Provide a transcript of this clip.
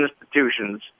institutions